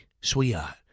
sweetheart